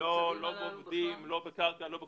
לא בעובדים, לא בקרקע, לא בכלום.